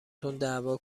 تنددعوا